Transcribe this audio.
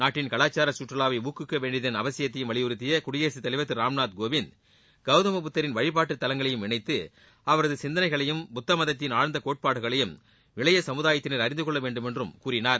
நாட்டின் கலாச்சாரச் சுற்றுலாவை ஊக்குவிக்க வேண்டியதன் அவசியத்தையும் வலியுறுத்திய குடியரசுத் தலைவர் திரு ராம்நாத் கோவிந்த் கொளதம புத்தரின் வழிபாட்டு தலங்களையும் இணைத்து அவரது சிந்தனைகளையும் புத்த மதத்தின் ஆழ்ந்த கோட்பாடுகளையும் இளைய சமுதாயத்தினர் அழிந்து கொள்ளவேண்டும் என்றும் கூறினார்